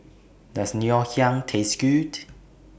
Does Ngoh Hiang Taste Good